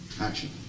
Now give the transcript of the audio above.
Action